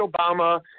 Obama